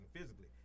physically